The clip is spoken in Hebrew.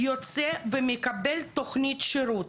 החייל יוצא ומקבל תוכנית שירות.